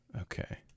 Okay